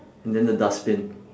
and then the dustbin